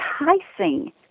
enticing